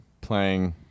playing